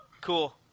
Cool